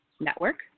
Network